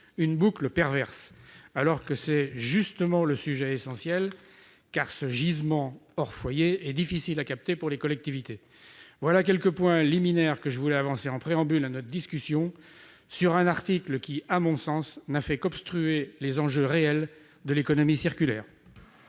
une boucle perverse », alors que c'est justement le sujet essentiel, car ce gisement hors foyer est difficile à capter pour les collectivités. Voilà quelques points liminaires que je voulais avancer en préambule à notre discussion sur un article, qui, à mon sens, n'a fait qu'obstruer les enjeux réels de l'économie circulaire.